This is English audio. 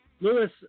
Lewis